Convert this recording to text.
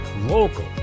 local